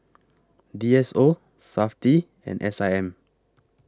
D S O Safti and S I M